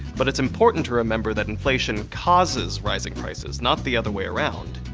but it's important to remember that inflation causes rising prices, not the other way around.